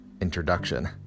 introduction